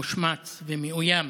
מושמץ ומאוים,